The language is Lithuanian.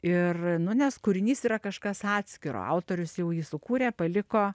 ir nu nes kūrinys yra kažkas atskiro autorius jau jį sukūrė paliko